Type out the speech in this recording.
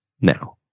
now